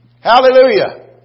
Hallelujah